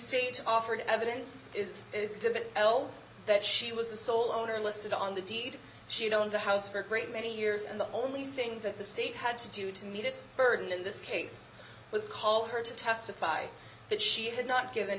state offered evidence is exhibit l that she was the sole owner listed on the deed sheet on the house for a great many years and the only thing that the state had to do to meet its burden in this case was call her to testify that she had not given